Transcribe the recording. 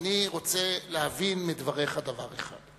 ואני רוצה להבין מדבריך דבר אחד.